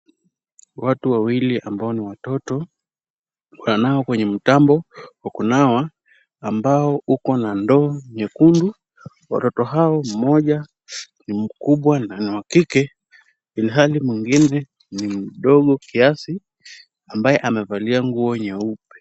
Watu wawili ambao ni watoto wananawa kwenye mtambo wa kunawa, ambao uko na ndoo nyekundu. Watoto hao mmoja ni mkubwa na ni wa kike, ilhali mwingine ni mdogo kiasi, ambaye amevalia nguo nyeupe.